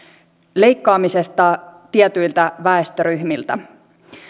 leikkaamisesta tietyiltä väestöryhmiltä